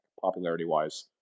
popularity-wise